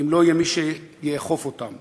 אם לא יהיה מי שיאכוף אותם.